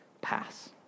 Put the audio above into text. pass